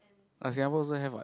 at Singapore also have what